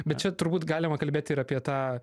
bet čia turbūt galima kalbėt ir apie tą